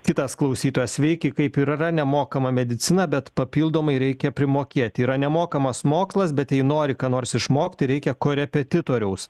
kitas klausytojas sveiki kaip ir yra nemokama medicina bet papildomai reikia primokėt yra nemokamas mokslas bet jei nori ką nors išmokti reikia korepetitoriaus